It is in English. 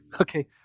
okay